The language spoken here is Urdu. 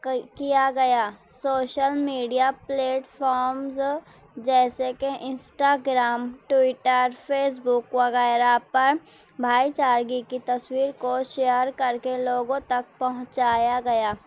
کیا گیا سوشل میڈیا پلیٹفامز جیسے کہ انسٹاگرام ٹویٹر فیس بک وغیرہ پر بھائی چارگی کی تصویر کو شیئر کر کے لوگوں تک پہنچایا گیا